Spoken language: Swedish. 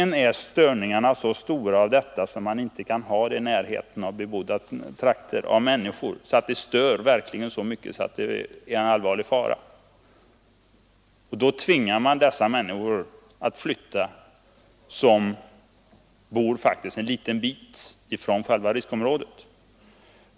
Men om störningarna är så stora att de utgör en allvarlig fara kan man ju inte ha skjutfältet i närheten av områden där människor bor. Då tvingas de att flytta som bor på kort avstånd från riskområdet.